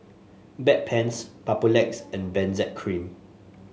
Bedpans Papulex and Benzac Cream